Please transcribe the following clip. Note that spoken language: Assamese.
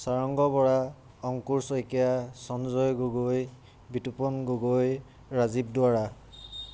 সাৰংগ বৰা অংকুৰ শইকীয়া সঞ্জয় গগৈ বিতুপন গগৈ ৰাজীৱ দৰা